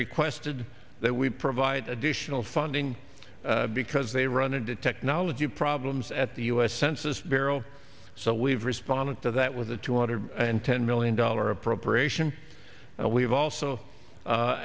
requested that we provide additional funding because they run into technology problems at the u s census bureau so we've responded to that with a two hundred and ten million dollar appropriation and we've also